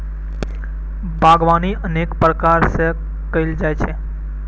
बागवानी अनेक प्रकार सं कैल जाइ छै